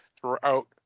throughout